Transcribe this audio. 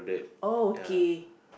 oh okay